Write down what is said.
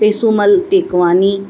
Pesumal Tekwani